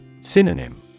Synonym